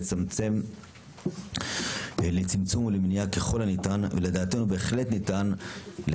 לצמצום ולמניעה ככל הניתן ולדעתנו בהחלט ניתן של